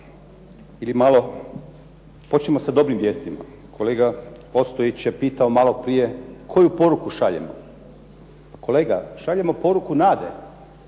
ili malo počnimo sa dobrim vijestima. Kolega Ostojić je pitao maloprije koju poruku šaljemo? Pa kolega, šaljemo poruku nade.